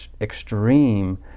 extreme